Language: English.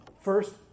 first